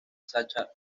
sasha